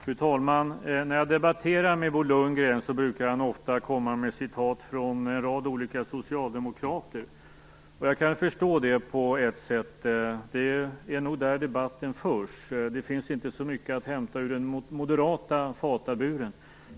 Fru talman! När jag debatterar med Bo Lundgren brukar han ofta komma med citat från en rad olika socialdemokrater. Jag kan förstå det på ett sätt. Det är nog där debatten förs. Det finns inte så mycket att hämta ur den moderata fataburen.